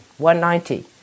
190